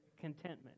contentment